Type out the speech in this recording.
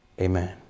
amen